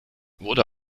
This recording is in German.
wurde